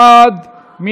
מי בעד?